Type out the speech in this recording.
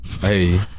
hey